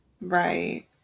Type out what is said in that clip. right